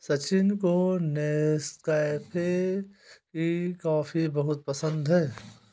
सचिन को नेस्कैफे की कॉफी बहुत पसंद है